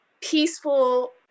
peaceful